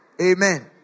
Amen